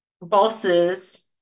bosses